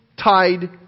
tied